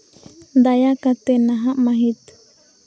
ᱫᱟᱭᱟ ᱠᱟᱛᱮᱫ ᱱᱟᱦᱟᱜ ᱢᱟᱹᱦᱤᱛ